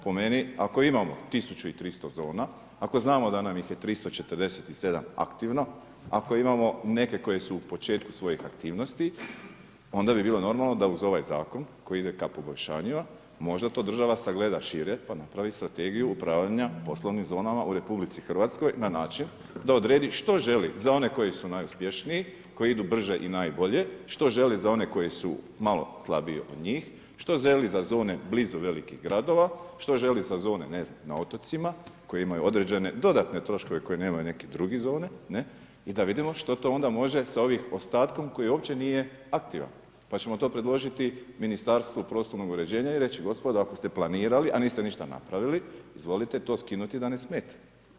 Po meni ako imamo 1300 zona, ako znamo da nam ih je 347 aktivno, ako imamo neke koje su u početku svoji aktivnosti onda bi bilo normalno da uz ovaj zakon koji ide k poboljšanjima možda to država sagleda šire pa napravi strategiju upravljanja poslovnim zonama u RH na način da odredi što želi za one koji su najuspješniji koji idu brže i najbolje, što želi za one koji su malo slabije od njih, što želi za zone blizu velikih gradova, što želi za zone, ne znam na otocima koji imaju određene dodatne troškove koje nemaju neke druge zone i da vidimo što to onda može sa ovim ostatkom koji uopće nije aktivan pa ćemo to predložiti Ministarstvu prostornog uređenja i reći, gospodo ako ste planirali, a niste ništa napravili izvolite to skinuti da ne smeta.